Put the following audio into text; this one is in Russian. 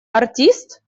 артист